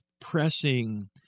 pressing